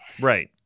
Right